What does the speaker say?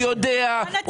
הוא יודע,